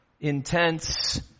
intense